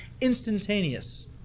instantaneous